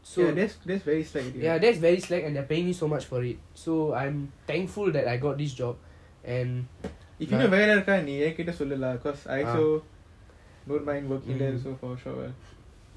ya that's very slack if வேலை இருந்த ஏன் கிட்ட சொல்லுல:vella iruntha yean kita sollula cause I also wouldn't mind working there for a short while